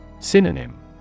Synonym